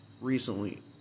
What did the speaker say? Recently